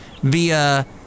via